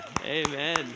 Amen